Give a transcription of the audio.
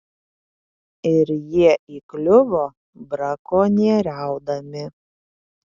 ir jie įkliuvo brakonieriaudami